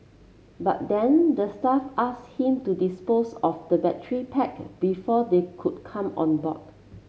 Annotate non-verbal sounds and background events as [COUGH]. but then the staff asked him to dispose of the battery pack [UNINTELLIGIBLE] before they could come on board